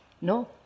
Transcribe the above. No